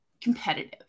competitive